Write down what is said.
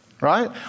right